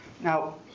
Now